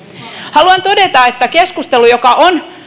haluan todeta että kun keskustelu on